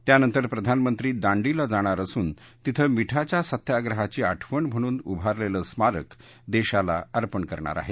त्यानंतर प्रधानमंत्री दांडीला जाणार असून तिथं मिठाच्या सत्याग्रहाची आठवण म्हणून उभारलेलं स्मारक देशाला अर्पण करणार आहेत